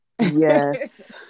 yes